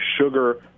sugar